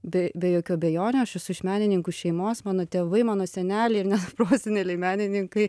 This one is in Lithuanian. be be jokių abejonių aš esu iš menininkų šeimos mano tėvai mano seneliai ir net proseneliai menininkai